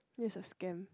yes a scam